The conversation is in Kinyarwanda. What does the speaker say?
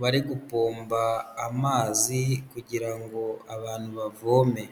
bari gupomba amazi kugira ngo abantu bavome.